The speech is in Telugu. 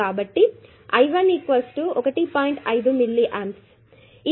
5 మిల్లీ ఆంప్స్ ఇక్కడ ఇవ్వబడినది